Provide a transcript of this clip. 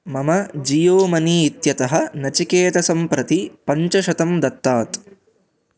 मम जीयो मनी इत्यतः नचिकेतसं प्रति पञ्चशतं दत्तात्